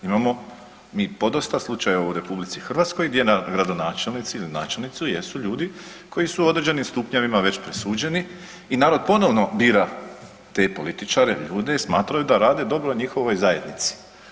Imamo mi podosta slučajeva u RH gdje gradonačelnici ili načelnici jesu ljudi koji su u određenim stupnjevima već presuđeni i narod ponovno bira te političare, ljude i smatraju da rade dobro njihovoj zajednici.